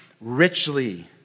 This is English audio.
richly